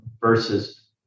versus